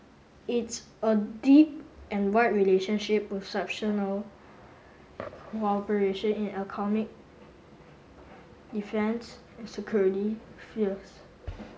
it's a deep and wide relationship with cooperation in economic defence and security spheres